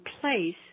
place